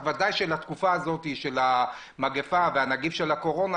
אז ודאי שלתקופה הזאת של המגיפה ונגיף הקורונה,